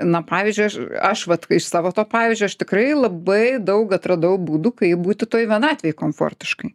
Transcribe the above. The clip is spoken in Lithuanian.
na pavyzdžiui aš aš vat iš savo to pavyzdžio aš tikrai labai daug atradau būdų kaip būti toj vienatvėj komfortiškai